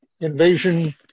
invasion